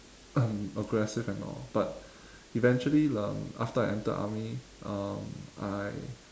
um aggressive and all but eventually um after I enter army um I